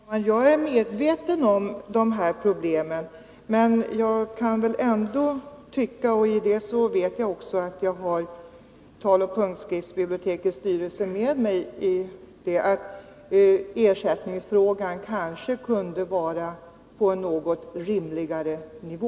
Herr talman! Jag är medveten om de här problemen, men jag tycker ändå — och jag vet att jag har taloch punktskriftsbibliotekets styrelse med mig — att ersättningen kanske kunde ligga på en något rimligare nivå.